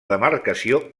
demarcació